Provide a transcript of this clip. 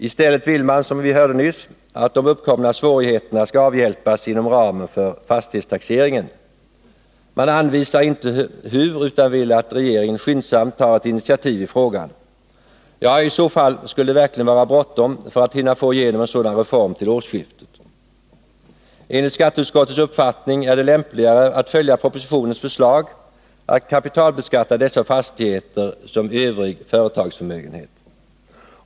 I stället vill man, som vi hörde nyss, att de uppkomna svårigheterna skall avhjälpas inom ramen för fastighetstaxeringen. Man anvisar inte hur utan vill att regeringen skyndsamt tar ett initiativ i frågan. Ja, i så fall skulle det verkligen vara bråttom för att hinna få igenom en sådan reform till årsskiftet. Enligt skatteutskottets uppfattning är det lämpligare att följa propositionens förslag att kapitalbeskatta dessa fastigheter som övrig företagsförmögenhet.